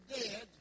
dead